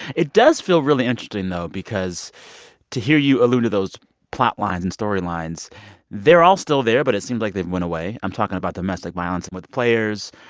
it does feel really interesting, though, because to hear you allude to those plotlines and storylines they're all still there, but it seems like they've went away. i'm talking about domestic violence and with players,